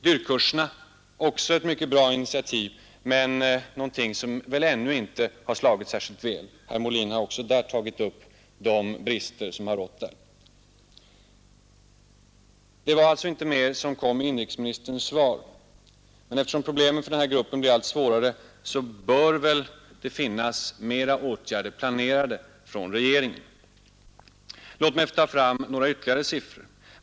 DY RK-kurserna är också ett mycket bra initiativ, men de har väl ännu inte slagit särskilt väl — herr Molin har också tagit upp de brister som här har rått. Mer innehöll inte inrikesministerns svar. Men eftersom problemen för denna grupp blir allt svårare bör det väl finnas fler åtgärder planerade från regeringen. Låt mig nämna ytterligare några siffror.